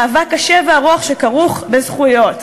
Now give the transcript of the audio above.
מאבק קשה וארוך שכרוך בזכויות.